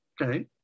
Okay